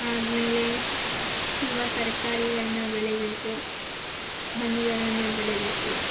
ಆದಮೇಲೆ ತುಂಬ ತರಕಾರಿಗಳ್ನ ಬೆಳೆಯಬೇಕು ಹಣ್ಣುಗಳನ್ನು ಬೆಳೆಯಬೇಕು